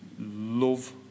love